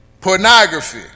Pornography